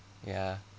ya